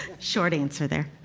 short answer there.